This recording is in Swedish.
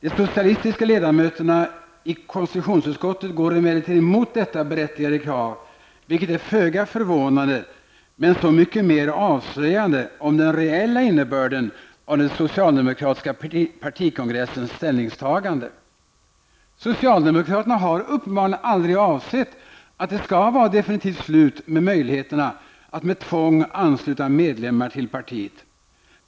De socialistiska ledamöterna i konstitutionsutskottet går emellertid mot detta berättigade krav, vilket är föga förvånande men så mycket mer avslöjande om den reella innebörden av den socialdemokratiska partikongressens ställningstagande. Socialdemokraterna har uppenbarligen aldrig avsett att det skall vara definitivt slut med möjligheten att med tvång ansluta medlemmar till partiet.